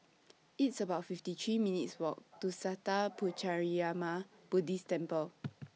It's about fifty three minutes' Walk to Sattha Puchaniyaram Buddhist Temple